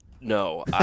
no